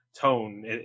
tone